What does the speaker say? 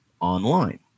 online